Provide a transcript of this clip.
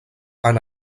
han